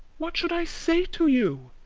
what should i say to you?